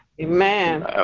Amen